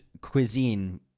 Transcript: cuisine